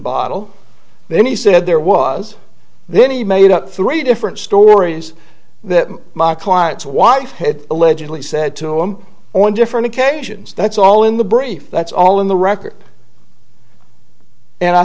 bottle then he said there was then he made up three different stories that my client's wife allegedly said to him on different occasions that's all in the brief that's all in the record and i